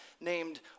named